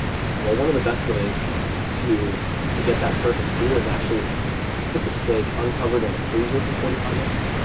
and well, one of the best ways to to get that perfect sear is actually to put the steak uncovered in the freezer for forty five minutes.